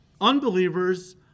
unbelievers